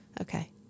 Okay